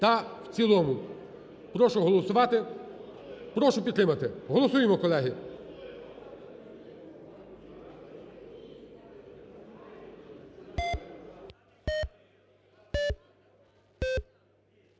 та в цілому. Прошу голосувати. Прошу підтримати. Голосуємо, колеги.